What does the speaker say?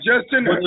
Justin